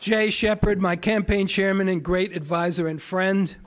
jay shepard my campaign chairman and great adviser and friend